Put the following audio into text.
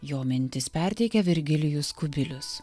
jo mintis perteikia virgilijus kubilius